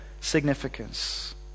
significance